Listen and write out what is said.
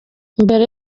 mbere